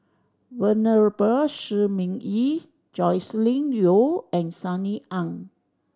Venerable Shi Ming Yi Joscelin Yeo and Sunny Ang